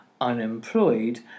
unemployed